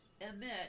emit